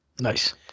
Nice